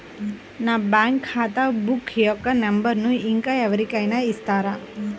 నా బ్యాంక్ ఖాతా బుక్ యొక్క నంబరును ఇంకా ఎవరి కైనా ఇస్తారా?